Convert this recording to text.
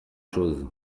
chose